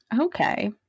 Okay